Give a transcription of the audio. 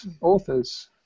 authors